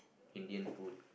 Indian food